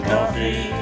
Coffee